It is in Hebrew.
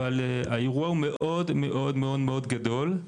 אבל האירוע הוא מאוד-מאוד-מאוד גדול.